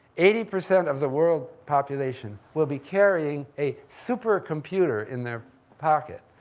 eighty percent of the world population will be carrying a super-computer in their pocket.